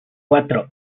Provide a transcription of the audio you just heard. cuatro